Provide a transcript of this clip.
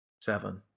seven